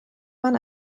man